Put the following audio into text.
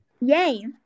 Yay